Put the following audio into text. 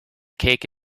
cake